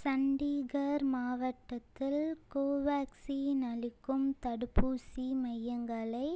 சண்டிகர் மாவட்டத்தில் கோவேக்சின் அளிக்கும் தடுப்பூசி மையங்களை